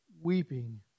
weeping